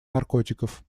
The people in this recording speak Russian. наркотиков